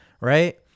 right